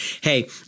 hey